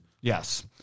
Yes